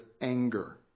anger